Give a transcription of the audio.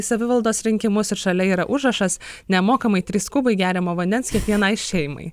į savivaldos rinkimus ir šalia yra užrašas nemokamai trys kubai geriamo vandens kiekvienai šeimai